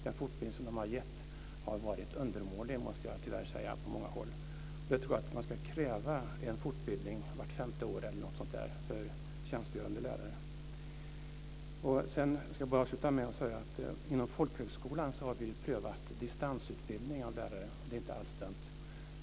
Den fortbildning som de har gett har varit undermålig, måste jag tyvärr säga, på många håll. Jag tror att man ska kräva en fortbildning vart femte år eller något sådant för tjänstgörande lärare. Jag ska bara avsluta med att säga att vi inom folkhögskolan har prövat distansutbildning av lärare. Det är inte alls dumt.